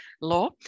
law